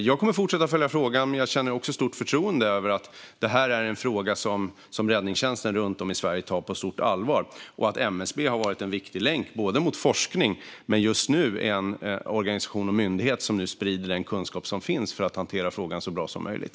Jag kommer att fortsätta följa frågan, men jag känner också ett stort förtroende för att det är en fråga som räddningstjänsten runt om i Sverige tar på stort allvar och för att MSB både har varit en viktig länk till forskning och just nu är en myndighet som sprider den kunskap som finns för att hantera frågan så bra som möjligt.